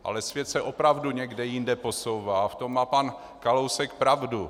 Ale svět se opravdu někde jinde posouvá, v tom má pan Kalousek pravdu.